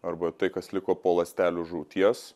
arba tai kas liko po ląstelių žūties